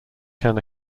can